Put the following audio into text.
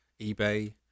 eBay